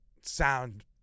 sound